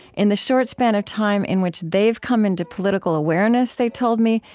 in the short span of time in which they've come into political awareness, they told me,